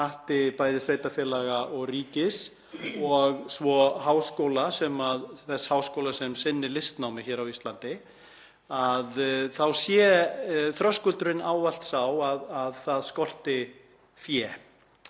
hatti bæði sveitarfélaga og ríkis og svo þess háskóla sem sinnir listnámi hér á Íslandi þá sé þröskuldurinn ávallt sá að það skorti fé